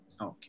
Okay